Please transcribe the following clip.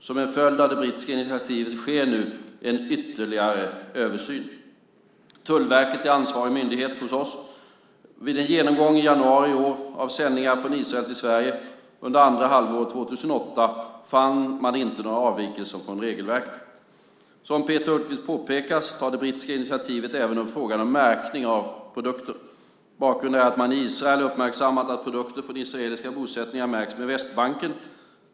Som en följd av det brittiska initiativet sker nu ytterligare översyn. Tullverket är ansvarig myndighet hos oss. Vid en genomgång i januari i år av sändningar från Israel till Sverige under andra halvåret 2008 fann man inte några avvikelser från regelverket. Som Peter Hultqvist påpekat tar det brittiska initiativet även upp frågan om märkning av produkter. Bakgrunden är att man i Storbritannien uppmärksammat att produkter från israeliska bosättningar märkts med Västbanken.